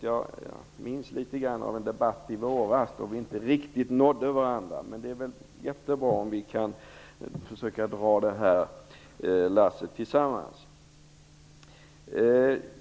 Jag minns litet grand av en debatt i våras då vi inte riktigt nådde varandra. Men det är jättebra om vi kan försöka dra det här lasset tillsammans.